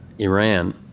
iran